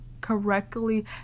correctly